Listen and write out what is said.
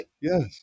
Yes